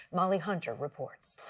molly hunter reports.